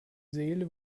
seele